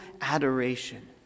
adoration